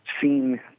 seen